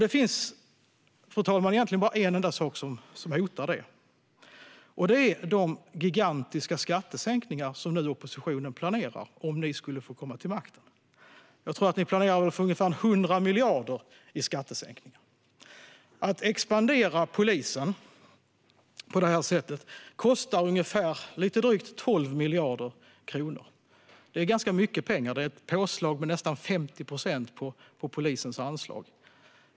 Det finns, fru talman, egentligen bara en enda sak som hotar detta, och det är de gigantiska skattesänkningar som ni i oppositionen planerar för om ni skulle få komma till makten. Jag tror att ni planerar för ungefär 100 miljarder i skattesänkningar. Att expandera polisen på detta sätt kostar lite drygt 12 miljarder kronor. Det är ganska mycket pengar. Det är ett påslag med nästan 50 procent på polisens anslag.